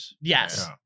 Yes